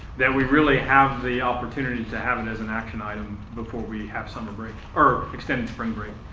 that we really have the opportunity to have it as an action item before we have summer break or extended spring break.